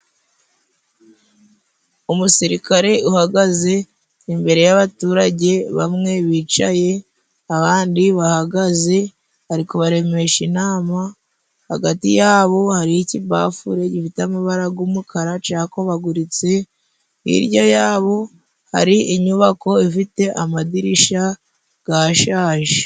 Umusirikare uhagaze imbere y'abaturage bamwe bicaye abandi bahagaze ari kubaremesha inama, hagati yabo hari ikibafure gifite amabara g'umukara cakobaguritse, hirya yabo hari inyubako ifite amadirisha gashaje.